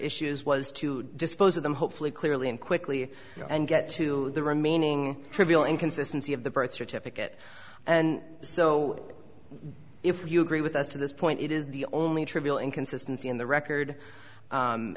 issues was to dispose of them hopefully clearly and quickly and get to the remaining trivial inconsistency of the birth certificate and so if you agree with us to this point it is the only trivial inconsistency in the record